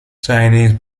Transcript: chinese